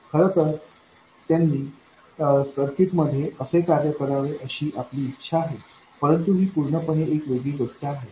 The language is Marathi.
खरं तर त्यांनी सर्किटमध्ये असे कार्य करावे अशी आपली इच्छा आहे परंतु ही पूर्णपणे एक वेगळी गोष्ट आहे